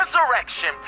resurrection